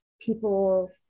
people